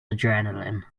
adrenaline